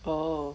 oh